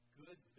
good